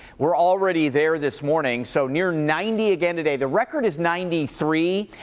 we're already there this morning. so near ninety again today. the record is ninety three.